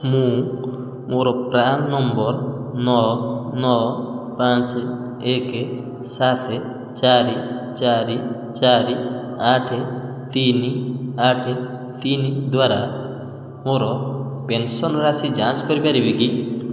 ମୁଁ ମୋର PRAN number ନଅ ନଅ ପାଞ୍ଚ ଏକ ସାତ ଚାରି ଚାରି ଚାରି ଆଠ ତିନି ଆଠ ତିନି ଦ୍ଵାରା ମୋର ପେନ୍ସନ୍ ରାଶି ଯାଞ୍ଚ କରିପାରିବି କି